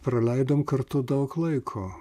praleidom kartu daug laiko